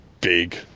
big